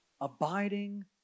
Abiding